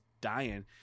dying